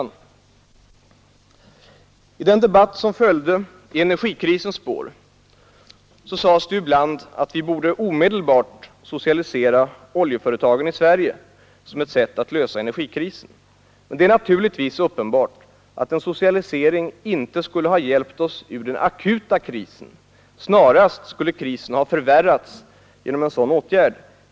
I den debatt som följde i energikrisens spår sades ibland att vi omedelbart borde socialisera oljeföretagen i Sverige för att lösa energikrisen. Det är naturligtvis uppenbart att en socialisering inte skulle ha hjälpt oss ur den akuta krisen, snarast skulle krisen ha förvärrats genom en sådan åtgärd.